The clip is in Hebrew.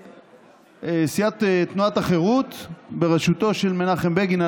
סיעת תנועת החרות בראשותו של מנחם בגין,